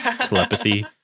telepathy